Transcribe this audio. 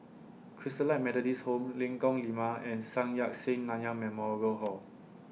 Christalite Methodist Home Lengkong Lima and Sun Yat Sen Nanyang Memorial Hall